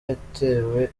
yatewe